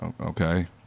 Okay